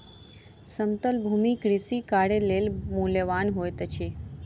समतल भूमि कृषि कार्य लेल मूल्यवान होइत अछि